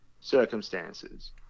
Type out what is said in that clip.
circumstances